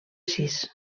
sis